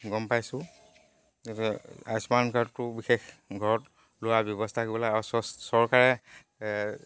গম পাইছোঁ আয়ুস্মান কাৰ্ডটো বিশেষ ঘৰত লোৱাৰ ব্যৱস্থা কৰিবলৈ আৰু চছ চৰকাৰে